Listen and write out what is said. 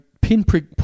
pinprick